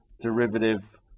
derivative